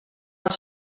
els